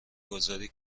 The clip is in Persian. گذاری